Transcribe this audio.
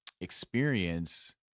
experience